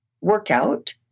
workout